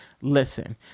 listen